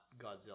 Godzilla